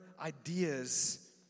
ideas